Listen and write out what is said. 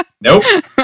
Nope